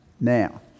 Now